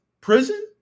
prison